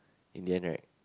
in the end right